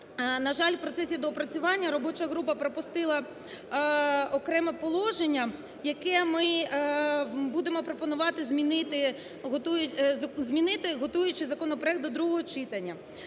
на жаль, у процесі доопрацювання робоча група пропустила окреме положення, яке ми будемо пропонувати змінити, готуючи законопроект до другого читання.